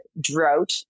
drought